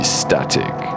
static